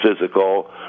physical